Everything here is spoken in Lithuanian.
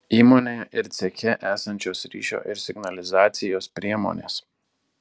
įmonėje ir ceche esančios ryšio ir signalizacijos priemonės